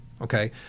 okay